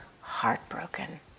heartbroken